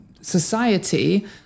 society